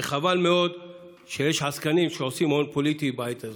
וחבל מאוד שיש עסקנים שעושים הון פוליטי בעת הזאת.